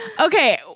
Okay